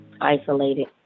isolated